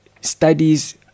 studies